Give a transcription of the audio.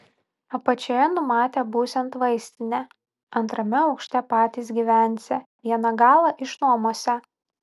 apačioje numatė būsiant vaistinę antrame aukšte patys gyvensią vieną galą išnuomosią